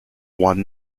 one